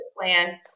plan